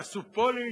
תעשו פוליש,